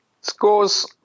Scores